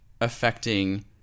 affecting